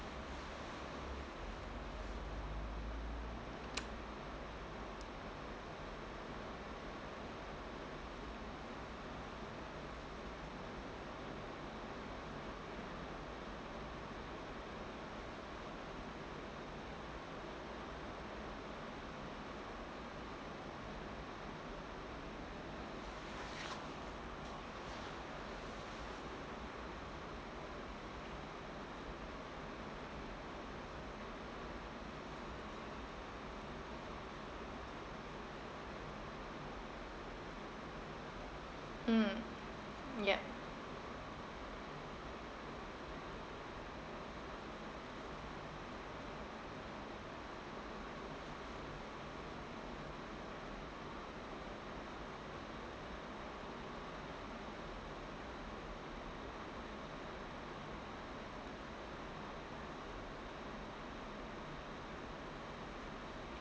mm yup